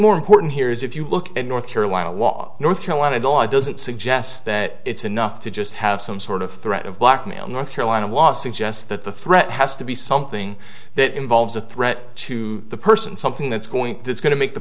more important here is if you look at north carolina law north carolina the law doesn't suggest that it's enough to just have some sort of threat of blackmail north carolina law suggests that the threat has to be something that involves a threat to the person something that's going that's going to make the